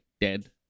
dead